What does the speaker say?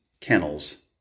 kennels